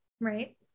Right